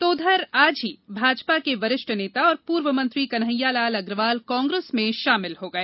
तो उधर आज ही भाजपा के वरिष्ठ नेता और पूर्व मंत्री कन्हैयालाल अग्रवाल कांग्रेस में शामिल हो गए